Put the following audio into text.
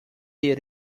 del